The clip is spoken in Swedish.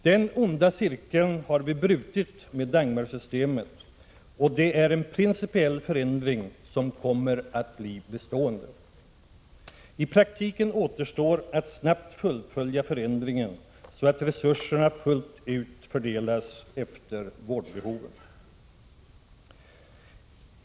Den onda cirkeln har vi brutit med Dagmarsystemet, och det 51 är en principiell förändring som kommer att bli bestående. I praktiken återstår att snabbt fullfölja förändringen, så att resurserna fullt ut fördelas efter vårdbehoven.